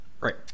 Right